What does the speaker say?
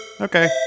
Okay